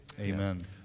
Amen